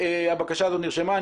הבקשה נרשמה.